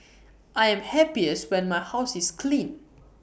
I am happiest when my house is clean